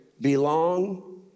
belong